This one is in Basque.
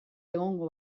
egongo